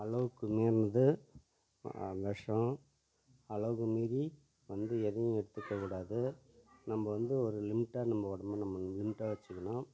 அளவுக்கு மீறினது விஷம் அளவுக்கு மீறி வந்து எதுவும் எடுத்துக்க கூடாது நம்ம வந்து ஒரு லிமிட்டாக நம்ம உடம்பு நம்ம லிமிட்டாக வச்சுக்கணும்